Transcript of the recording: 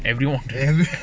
everyone everyone